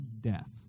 death